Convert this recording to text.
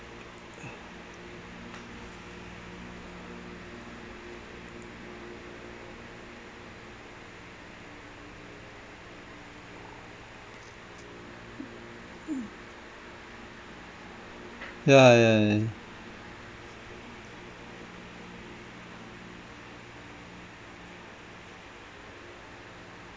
ya ya ya